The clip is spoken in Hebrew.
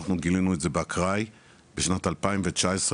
אנחנו גילינו את זה באקראי בשנת 2019,